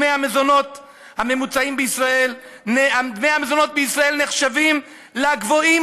דמי המזונות הממוצעים בישראל נחשבים לגבוהים